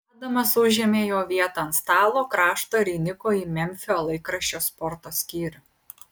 adamas užėmė jo vietą ant stalo krašto ir įniko į memfio laikraščio sporto skyrių